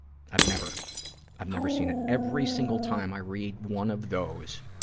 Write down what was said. i've never i've never seen it. every single time i read one of those,